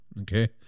Okay